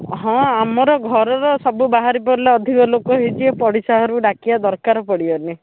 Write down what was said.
ହଁ ଆମର ଘରର ସବୁ ବାହାରି ପଡ଼ିଲେ ଅଧିକ ଲୋକ ହେଇଯିବେ ପଡ଼ିଶା ଘରକୁ ଡାକିବା ଦରକାର ପଡ଼ିବନି